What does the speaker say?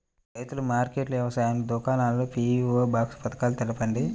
రైతుల మార్కెట్లు, వ్యవసాయ దుకాణాలు, పీ.వీ.ఓ బాక్స్ పథకాలు తెలుపండి?